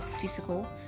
physical